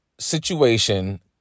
Situation